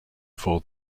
for